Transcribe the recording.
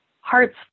hearts